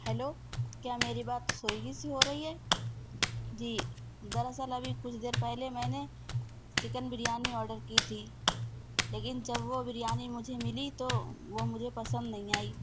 hello کیا میری بات سویگی سے ہو رہی ہے جی در اصل ابھی کچھ دیر پہلے میں نے چکن بریانی آڈر کی تھی لیکن جب وہ بریانی مجھے ملی تو وہ مجھے پسند نہیں آئی